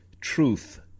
truth